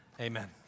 Amen